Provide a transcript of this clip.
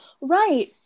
right